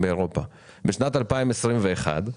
בשנת 2021,